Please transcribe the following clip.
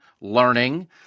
learning